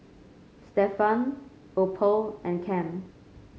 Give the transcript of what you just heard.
Stephan Opal and Cam